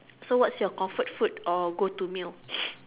so what's your comfort food or go to meal